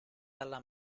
dalla